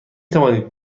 توانید